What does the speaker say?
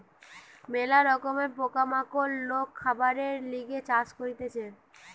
ম্যালা রকমের পোকা মাকড় লোক খাবারের লিগে চাষ করতিছে